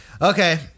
Okay